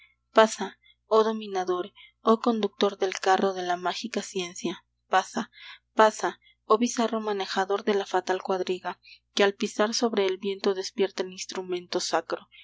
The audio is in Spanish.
pasa oh dominador oh conductor del carro de la mágica ciencia pasa pasa oh bizarro manejador de la fatal cuadriga que al pisar sobre el viento despierta el instrumento sacro